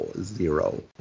zero